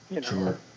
Sure